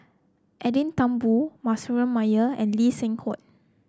Edwin Thumboo Manasseh Meyer and Lee Seng Huat